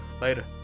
later